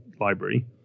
library